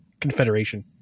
confederation